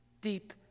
deep